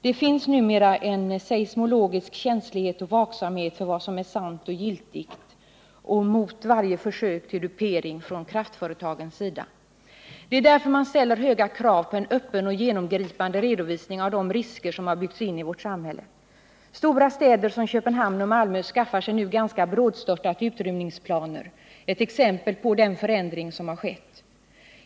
Det finns numera en seismologisk känslighet och vaksamhet för vad som är sant och giltigt och då det gäller varje försök till dupering från kraftföretagens sida. Det är därför man ställer höga krav på en öppen och genomgripande redovisning av de risker som har byggts in i vårt samhälle. Stora städer som Köpenhamn och Malmö skaffar sig nu ganska brådstörtat utrymningsplaner. Det är ett exempel på den förändring som har skett.